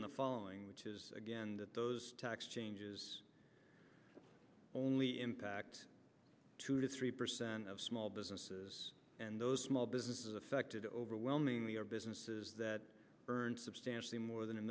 on the following which is again that those tax changes only impact two to three percent of small businesses and those small businesses affected overwhelmingly are businesses that earn substantially more than a